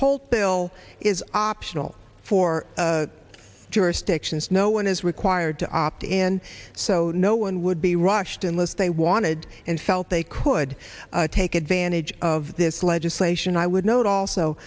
whole bill is optional for jurisdictions no one is required to opt in so no one would be rushed unless they wanted and felt they could take advantage of this legislation i would note also